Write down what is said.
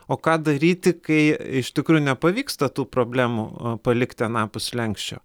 o ką daryti kai iš tikrųjų nepavyksta tų problemų palikti anapus slenksčio